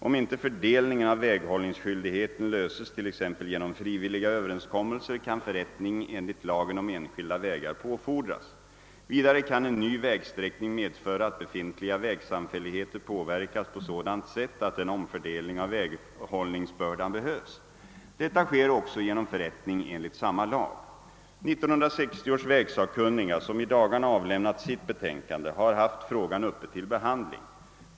Om inte fördelningen av väghållningsskyldigheten löses t.ex. genom frivilliga överenskommelser, kan förrättning enligt lagen om enskilda vägar påfordras. Vidare kan en ny vägsträckning medföra att befintliga vägsamfälligheter påverkas på sådant sätt att en omfördelning av väghållningsbördan behövs. Detta sker också genom förrättning enligt samma lag. 1960 års vägsakkunniga, som i dagarna avlämnat sitt betänkande, har haft frågan uppe till behandling.